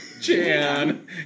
Jan